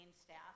staff